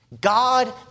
God